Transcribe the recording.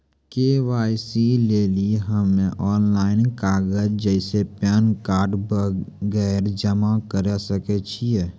KYC लेली हम्मय online कागज जैसे पैन कार्ड वगैरह जमा करें सके छियै?